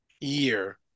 year